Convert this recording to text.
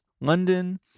London